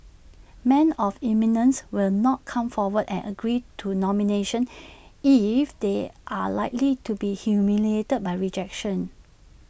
men of eminence will not come forward and agree to nomination if they are likely to be humiliated by rejection